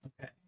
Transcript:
okay